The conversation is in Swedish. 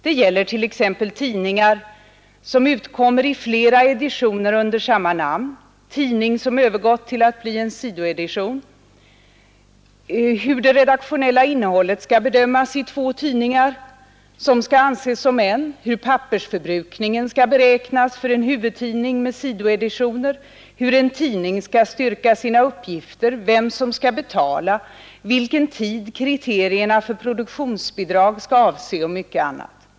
Det gäller t.ex. tidningar som utkommer i flera editioner under samma namn, tidning som övergått till att bli en sidoedition, hur det redaktionella innehållet skall bedömas i två tidningar som skall anses som en, hur pappersförbrukningen skall beräknas för en huvudtidning med sidoeditioner, hur en tidning skall styrka sina uppgifter, vem som skall betala, vilken tid kriterierna för produktionsbidrag skall avse och mycket annat.